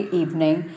evening